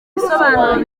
bisobanuro